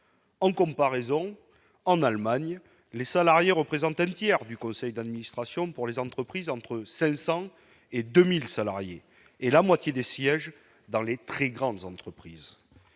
en comparaison en Allemagne, les salariés représentent un tiers du conseil d'administration pour les entreprises entre 500 et 2 1000 salariés et la moitié des sièges dans les très grandes entreprises,